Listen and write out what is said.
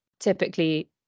typically